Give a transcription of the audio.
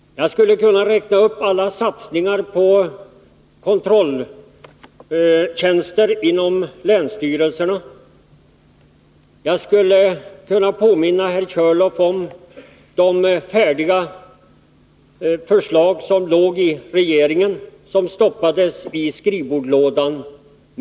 Jag skulle kunna räkna upp alla satsningar som gjorts beträffande bl.a. kontrolltjänster inom länsstyrelserna. Jag skulle kunna påminna herr Körlof om de färdigställda förslag som låg hos regeringen 1976 men som stoppades i skrivbordslådan.